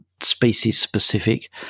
species-specific